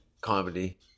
comedy